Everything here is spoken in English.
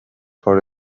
for